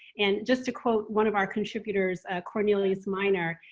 and just to quote one of our contributors cornelius minor,